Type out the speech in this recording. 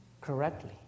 correctly